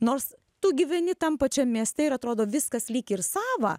nors tu gyveni tam pačiam mieste ir atrodo viskas lyg ir sava